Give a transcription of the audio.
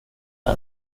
den